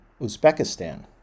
Uzbekistan